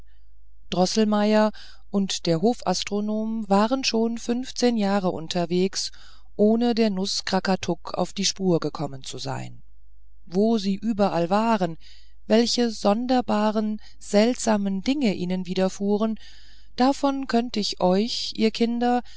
droßelmeier und der hofastronom waren schon funfzehn jahre unterwegs ohne der nuß krakatuk auf die spur gekommen zu sein wo sie überall waren welche sonderbare seltsame dinge ihnen widerfuhren davon könnt ich euch ihr kinder